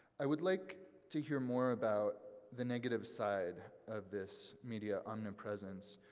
i would like to hear more about the negative side of this media omnipresence,